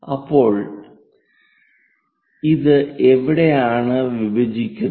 അപ്പോൾ ഇത് എവിടെയാണ് വിഭജിക്കുന്നത്